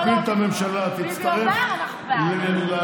ביבי אומר, אנחנו בעד.